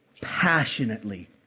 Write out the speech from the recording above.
passionately